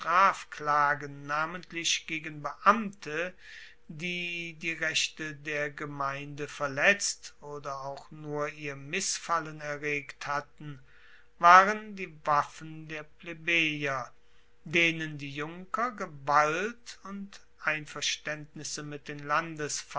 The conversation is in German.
strafklagen namentlich gegen beamte die die rechte der gemeinde verletzt oder auch nur ihr missfallen erregt hatten waren die waffen der plebejer denen die junker gewalt und einverstaendnisse mit den